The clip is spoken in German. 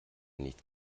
nicht